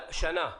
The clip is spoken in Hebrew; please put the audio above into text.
שנה?